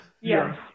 Yes